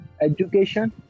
education